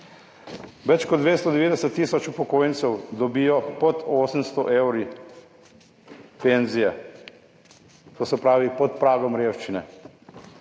Več kot 290 tisoč upokojencev dobijo pod 800 evri penzije. To se pravi pod pragom revščine.